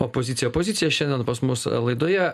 opozicija pozicija šiandien pas mus laidoje